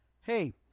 hey